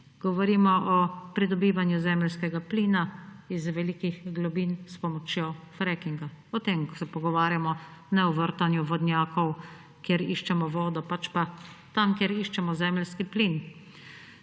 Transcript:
Govorimo o pridobivanju zemeljskega plina iz velikih globin s pomočjo frackinga. O tem se pogovarjamo, ne o vrtanju vodnjakov, kjer iščemo vodo, pač pa tam, kjer iščemo zemeljski plin.